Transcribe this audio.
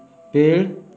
पेड़